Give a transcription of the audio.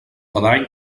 badall